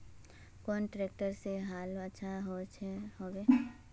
कुन ट्रैक्टर से हाल अच्छा लागोहो होबे?